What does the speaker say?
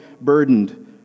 burdened